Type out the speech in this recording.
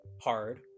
hard